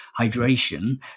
hydration